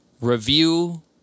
review